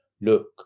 look